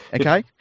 Okay